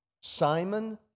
Simon